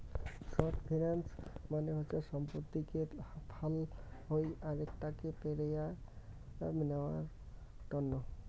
short finance মানে হসে সম্পত্তিকে ফাল হই আরেক টাকে পেরায় নেয়ার তন্ন